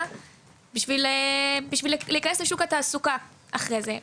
בשביל להיכנס לשוק התעסוקה אחרי זה.